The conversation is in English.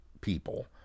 people